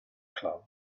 club